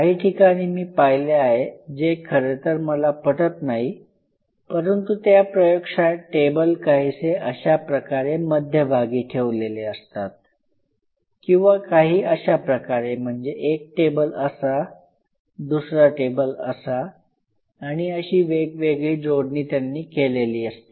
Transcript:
काही ठिकाणी मी पाहिले आहे जे खरेतर मला पटत नाही परंतु त्या प्रयोगशाळेत टेबल काहीसे अशाप्रकारे मध्यभागी ठेवलेले असतात किंवा काही अशा प्रकारे म्हणजे एक टेबल असा दुसरा टेबल असा आणि अशी वेगवेगळी जोडणी त्यांनी केलेली असते